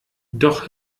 doch